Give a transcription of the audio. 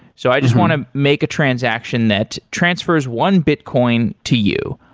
so i just want to make a transaction that transfers one bitcoin to you.